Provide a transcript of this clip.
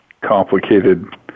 complicated